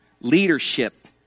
Leadership